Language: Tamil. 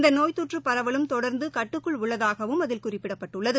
இந்தநோய் தொற்றுபரவலும் தொடர்ந்துகட்டுக்குள் உள்ளதாகவும் அதில் குறிப்பிடப்பட்டுள்ளது